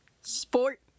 Sport